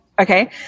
okay